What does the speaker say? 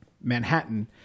Manhattan